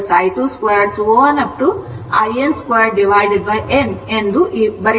in 2n ಈ ರೀತಿ ಬರೆಯುತ್ತೇವೆ